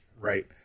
Right